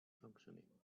functioning